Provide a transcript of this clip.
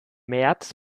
märz